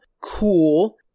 cool